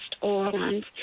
Orleans